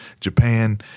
Japan